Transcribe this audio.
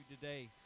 today